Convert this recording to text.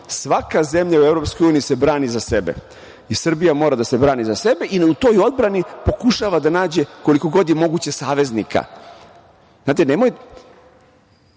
Svaka zemlja u EU se brani za sebe i Srbija mora da se brani za sebe i u toj odbrani pokušava da nađe koliko god je moguće saveznika. Nemojte